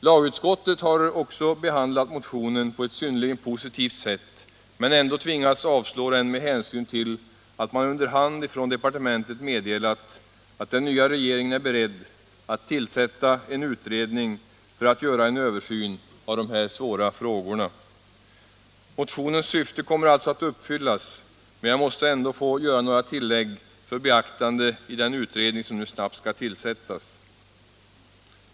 Lagutskottet har också behandlat motionen på ett synnerligen positivt sätt men ändå tvingats avstyrka den med hänsyn till att man under hand från departementet meddelat att den nya regeringen är beredd att tillsätta en utredning för att göra en översyn av de här svåra frågorna. Motionens syfte kommer alltså att uppfyllas, men jag måste ändå få göra några tillägg för beaktande i den utredning som nu snabbt skall tillsättas.